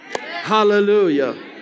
Hallelujah